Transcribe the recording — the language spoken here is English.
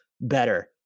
better